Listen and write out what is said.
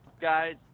Guys